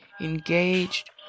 engaged